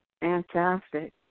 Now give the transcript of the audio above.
Fantastic